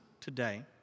today